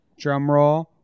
drumroll